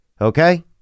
Okay